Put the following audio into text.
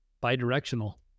bi-directional